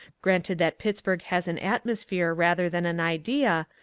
granted that pittsburg has an atmosphere rather than an idea,